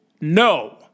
NO